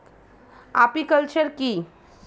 Apiculture কি?